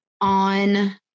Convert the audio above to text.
on